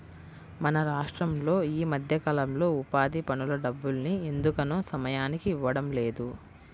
మన రాష్టంలో ఈ మధ్యకాలంలో ఉపాధి పనుల డబ్బుల్ని ఎందుకనో సమయానికి ఇవ్వడం లేదు